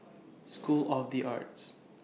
School of The Arts